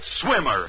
swimmer